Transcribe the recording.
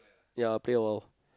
ya play or